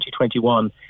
2021